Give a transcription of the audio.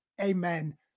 amen